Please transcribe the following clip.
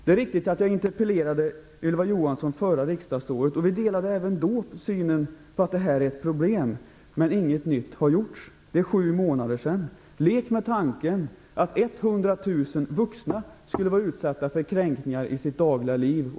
Det är riktigt att jag interpellerade Ylva Johansson under det förra riksdagsåret. Vi delade även då synen att detta är ett problem, men inget nytt har gjorts. Det är sju månader sedan. Lek med tanken att 100 000 vuxna skulle vara utsatta för kränkningar i sitt dagliga liv!